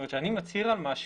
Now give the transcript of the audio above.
כשאני מצהיר על משהו,